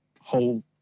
whole